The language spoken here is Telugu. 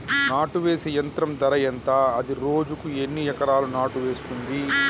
నాటు వేసే యంత్రం ధర ఎంత? అది రోజుకు ఎన్ని ఎకరాలు నాటు వేస్తుంది?